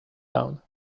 town